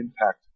impact